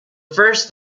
first